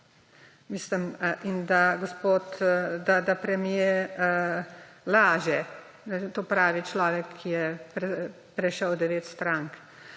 Njegove? In da premier laže. To pravi človek, ki je prešel devet strank.